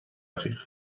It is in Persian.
دقیقه